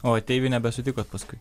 o ateivių nebesutikot paskui